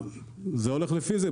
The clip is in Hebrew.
וזה הולך לפי זה.